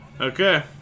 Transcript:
Okay